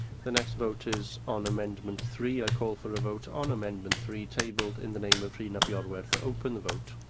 the next vote is on amendment three. i call for a vote on amendment three tabled in the name of rhun ap iorwerth. open the vote.